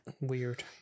weird